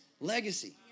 legacy